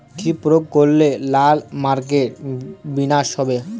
কি প্রয়োগ করলে লাল মাকড়ের বিনাশ হবে?